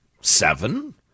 Seven